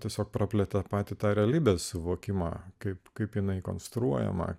tiesiog praplėtė patį tą realybės suvokimą kaip kaip jinai konstruojama